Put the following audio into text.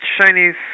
Chinese